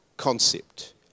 concept